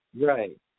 Right